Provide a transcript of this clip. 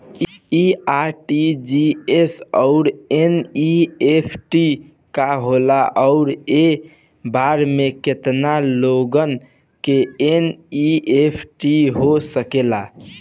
इ आर.टी.जी.एस और एन.ई.एफ.टी का होला और एक बार में केतना लोगन के एन.ई.एफ.टी हो सकेला?